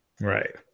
Right